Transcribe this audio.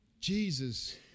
Jesus